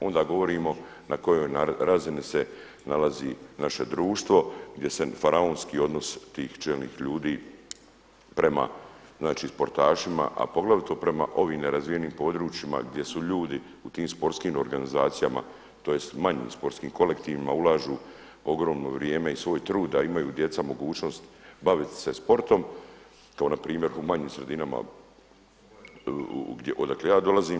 Onda govorimo na kojoj razini se nalazi naše društvo gdje se faraonski odnos tih čelnih ljudi prema, znači sportašima, a poglavito prema ovim nerazvijenim područjima gdje su ljudi u tim sportskim organizacijama, tj. manjim sportskim kolektivima ulažu ogromno vrijeme i svoj trud, a imaju djeca mogućnost baviti se sportom kao na primjer u manjim sredinama odakle ja dolazim.